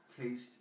taste